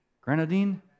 grenadine